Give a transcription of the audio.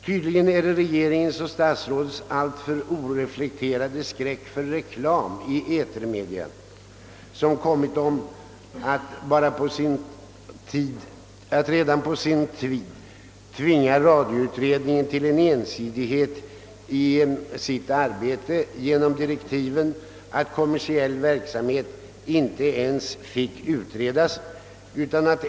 Tydligen är det regeringens och statsrådet alltför oreflekterade skräck för reklam i etermedia som kommit dem att redan på sin tid tvinga radioutredningen till ensidighet i dess arbete genom direktivet att frågan om kommersiell verksamhet inte ens fick utredas.